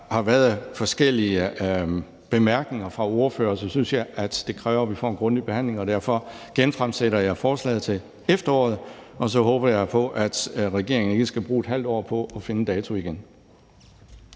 der har været forskellige bemærkninger fra ordførerne, synes jeg, at det kræver, at vi får en grundig behandling. Derfor genfremsætter jeg forslaget til efteråret, og så håber jeg, at regeringen ikke skal bruge et halvt år på at finde en dato igen.